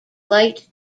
light